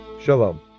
Shalom